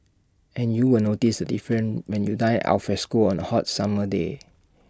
and you will notice the difference when you dine alfresco on A hot summer day